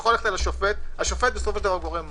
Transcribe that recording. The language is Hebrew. השופט הוא גורם מכריע.